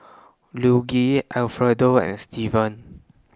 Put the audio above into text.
Luigi and Steven